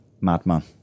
madman